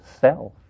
self